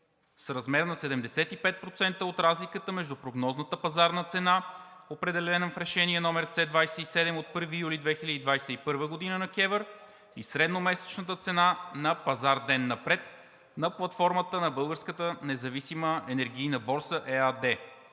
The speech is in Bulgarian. с размер на 75% от разликата между прогнозната пазарна цена, определено в Решение № Ц-27 от 1 юли 2021 г. на КЕВР, и средномесечната цена на пазар ден напред на платформата на „Българската независима енергийна борса“ ЕАД.